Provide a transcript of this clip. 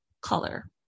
color